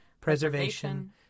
preservation